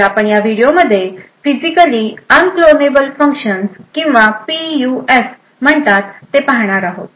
तर आपण या व्हिडिओमध्ये फिजिकली अनक्लोनेबल फंक्शन्स किंवा पीयूएफ म्हणतात ते पाहणार आहोत